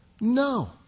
No